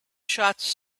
shots